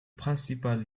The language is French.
principal